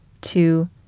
two